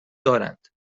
دارند